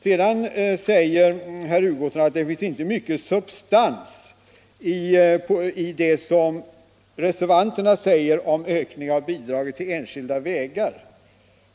Herr Hugosson anser att det inte finns mycket substans i vad reservanterna säger om ökning av bidraget till enskilda vägar.